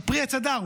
הוא פרי עץ הדר,